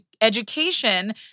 education